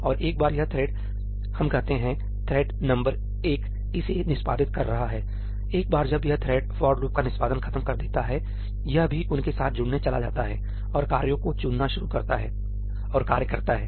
और एक बार यह थ्रेड् हम कहते हैंथ्रेड् नंबर एक इसे निष्पादित कर रहा हैएक बार जब यह थ्रेड् फॉर लूप का निष्पादन खत्म कर देता है यह भी उनके साथ जुड़ने चला जाता है और कार्यों को चुनना शुरू करता है और कार्य करता है